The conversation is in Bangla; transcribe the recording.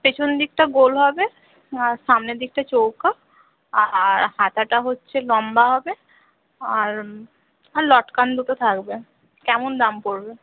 পেছনদিকটা গোল হবে আর সামনের দিকটা চৌকো আর হাতাটা হচ্ছে লম্বা হবে আর আর লটকান দুটো থাকবে কেমন দাম পরবে